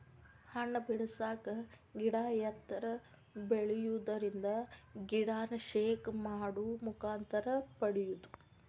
ಹಣ್ಣ ಬಿಡಸಾಕ ಗಿಡಾ ಎತ್ತರ ಬೆಳಿಯುದರಿಂದ ಗಿಡಾನ ಶೇಕ್ ಮಾಡು ಮುಖಾಂತರ ಪಡಿಯುದು